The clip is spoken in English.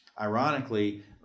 Ironically